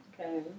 okay